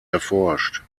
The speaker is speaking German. erforscht